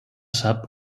sap